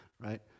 right